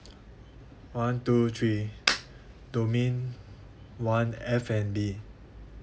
one two three domain one F&B